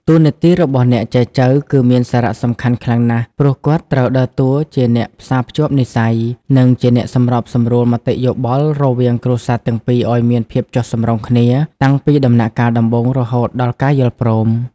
តួនាទីរបស់អ្នកចែចូវគឺមានសារៈសំខាន់ខ្លាំងណាស់ ព្រោះគាត់ត្រូវដើរតួជាអ្នកផ្សារភ្ជាប់និស្ស័យ និងជាអ្នកសម្របសម្រួលមតិយោបល់រវាងគ្រួសារទាំងពីរឱ្យមានភាពចុះសម្រុងគ្នា តាំងពីដំណាក់កាលដំបូងរហូតដល់ការយល់ព្រម។